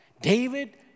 David